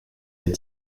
est